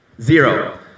Zero